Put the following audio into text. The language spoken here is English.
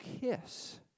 kiss